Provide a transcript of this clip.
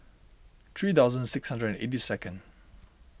three thousand six hundred and eighty second